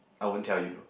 I won't tell you to